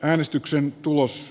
äänestyksen tulos